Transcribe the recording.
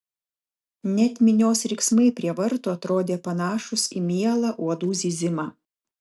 net minios riksmai prie vartų atrodė panašūs į mielą uodų zyzimą